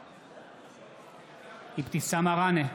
בעד אבתיסאם מראענה,